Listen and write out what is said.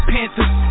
Panthers